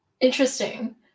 Interesting